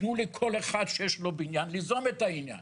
תנו לכל אחד שיש לו בניין ליזום את העניין.